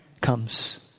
comes